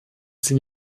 sie